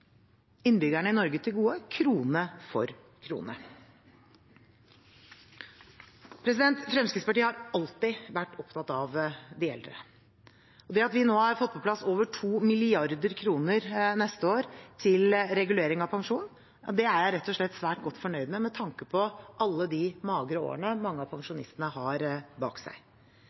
innbyggerne i Norge til gode, krone for krone. Fremskrittspartiet har alltid vært opptatt av de eldre. Det at vi nå har fått på plass over 2 mrd. kr neste år til regulering av pensjon, er jeg rett og slett svært godt fornøyd med med tanke på alle de magre årene mange av pensjonistene har bak seg.